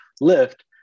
lift